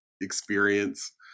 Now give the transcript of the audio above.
experience